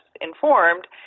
informed